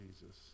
Jesus